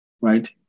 right